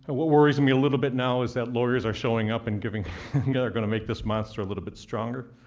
and what worries and me a little bit now is that lawyers are showing up and and yeah they're going to make this monster a little bit stronger.